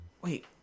wait